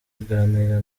aganira